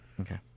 Okay